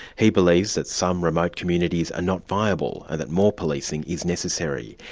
he believes that some remote communities are not viable and that more policing is necessary.